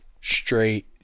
straight